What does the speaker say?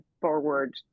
forward